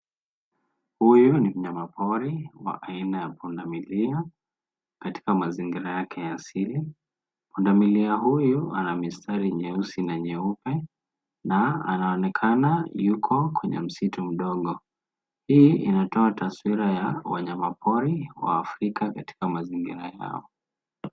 Huyu ni mnyama pori wa aina ya punda milia katika mazingira yake ya asili. Punda milia huyu ana mistari nyeusi na nyeupe na anaonekana yupo kwenye msitu mdogo. Hii inatoa taswira ya wanyama pori wa Afrika katika mazingira yao.